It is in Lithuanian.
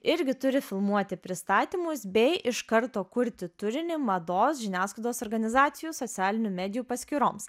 irgi turi filmuoti pristatymus bei iš karto kurti turinį mados žiniasklaidos organizacijų socialinių medijų paskyroms